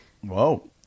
Whoa